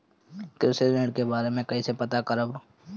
कृषि ऋण के बारे मे कइसे पता करब?